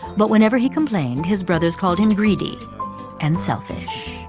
but whenever he complained his brothers called him greedy and selfish.